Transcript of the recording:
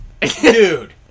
Dude